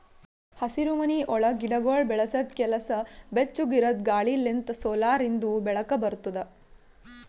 ಹಸಿರುಮನಿ ಒಳಗ್ ಗಿಡಗೊಳ್ ಬೆಳಸದ್ ಕೆಲಸ ಬೆಚ್ಚುಗ್ ಇರದ್ ಗಾಳಿ ಲಿಂತ್ ಸೋಲಾರಿಂದು ಬೆಳಕ ಬರ್ತುದ